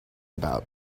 about